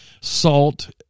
Salt